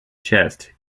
chest